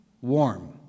warm